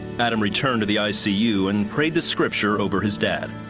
adam returned to the i c u. and prayed the scripture over his dad.